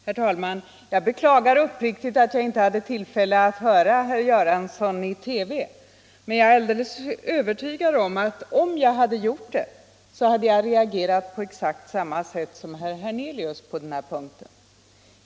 Herr talman! Jag beklagar uppriktigt att jag inte hade tillfälle att höra herr Göransson i TV, men jag är alldeles övertygad om att jag, om jag hade gjort det, hade reagerat på exakt samma sätt som herr Hernelius på denna punkt.